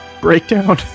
breakdown